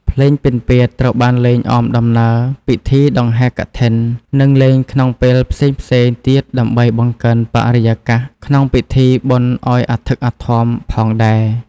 ភ្លេងពិណពាទ្យត្រូវបានលេងអមដំណើរពិធីដង្ហែរកឋិន និងលេងក្នុងពេលផ្សេងៗទៀតដើម្បីបង្កើនបរិយាកាសក្នុងពិធីបុណ្យឲ្យអធឹកអធមផងដែរ។